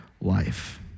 Life